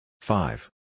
Five